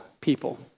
people